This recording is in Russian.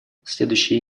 следующие